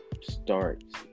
starts